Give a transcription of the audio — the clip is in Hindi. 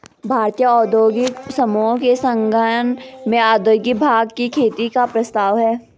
भारतीय औद्योगिक समूहों के संज्ञान में औद्योगिक भाँग की खेती का प्रस्ताव है